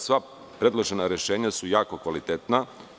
Sva predložena rešenja su jako kvalitetna.